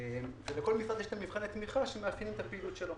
ולכל משרד יש מבחני התמיכה שמאפיינים את הפעילות שלו.